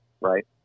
right